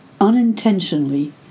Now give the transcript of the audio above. Unintentionally